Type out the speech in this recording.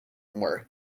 were